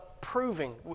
proving